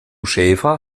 schäfer